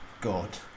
God